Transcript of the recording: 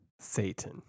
Satan